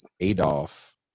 Adolf